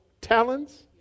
talons